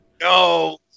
No